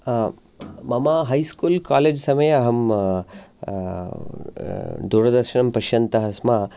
मम है school college समये अहं दूरदर्शनं पश्यन्तः स्मः